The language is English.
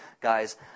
guys